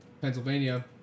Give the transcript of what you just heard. Pennsylvania